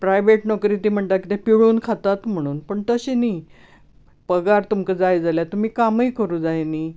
private नोकरी ते म्हणटात कितें पिळून खातात म्हणून पूण तशें न्ही पगार जर तुमकां जाय जाल्यार तुमी कामय करूं जाय न्ही